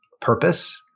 purpose